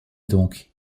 donc